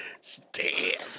Stay